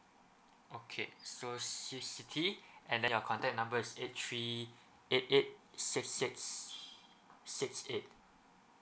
okay so so siti and then your contact number is eight three eight eight six six six eight